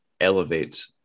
elevate